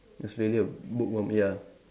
it's really a bookworm ya